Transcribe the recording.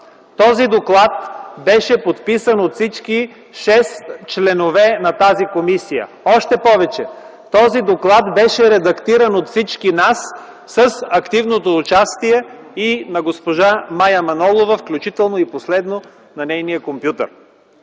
Този доклад беше подписан от всички шест членове на тази комисия. Той беше редактиран от всички нас с активното участие и на госпожа Мая Манолова, включително и последно на нейния компютър.